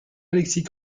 alexis